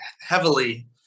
heavily